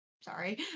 Sorry